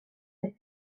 oes